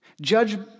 Judge